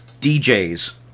DJs